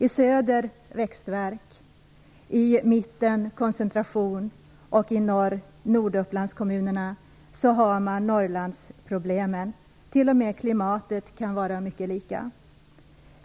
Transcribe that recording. I söder är det växtvärk, i mitten är det koncentration, och i Nordupplandskommunerna i norr har man Norrlandsproblemen. T.o.m. klimatet kan vara mycket lika.